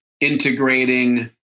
integrating